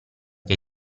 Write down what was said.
che